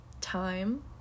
time